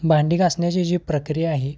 भांडी घासण्याची जी प्रक्रिया आहे